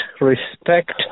respect